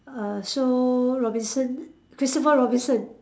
err so Robinson Christopher Robinson